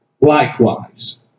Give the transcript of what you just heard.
likewise